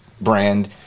brand